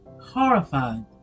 horrified